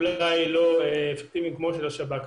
אפקטיביים אולי לא אפקטיביים כמו של השב"כ,